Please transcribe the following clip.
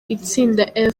itsinda